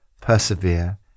persevere